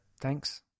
Thanks